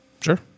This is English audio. Sure